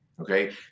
Okay